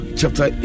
chapter